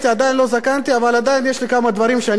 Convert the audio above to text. אבל עדיין יש לי כמה דברים שאני עוד יכול ללמד אתכם.